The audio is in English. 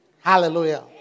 Hallelujah